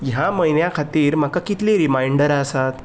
ह्या म्हयन्या खातीर म्हाका कितलीं रिमांयडरां आसात